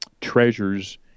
treasures